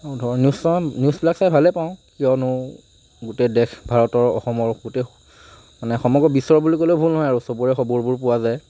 আৰু ধৰ নিউজ চাওঁ নিউজবিলাক চাই ভালে পাওঁ কিয়নো গোটেই দেশ ভাৰতৰ অসমৰ গোটই মানে সমগ্ৰ বিশ্ব বুলি ক'লে ভুল নহয় আৰু চবৰে খবৰবোৰ পোৱা যায়